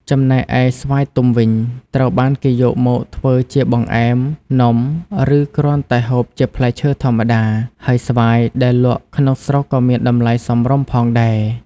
ចំណែកឯស្វាយទុំវិញ ត្រូវបានគេយកមកធ្វើជាបង្អែម នំ ឬគ្រាន់តែហូបជាផ្លែឈើធម្មតា ហើយស្វាយដែលលក់ក្នុងស្រុកក៏មានតម្លៃសមរម្យផងដែរ។